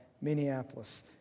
Minneapolis